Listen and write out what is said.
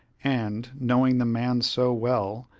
and, knowing the man so well,